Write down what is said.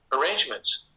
arrangements